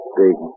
big